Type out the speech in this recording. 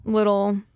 Little